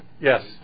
Yes